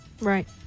Right